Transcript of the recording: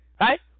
right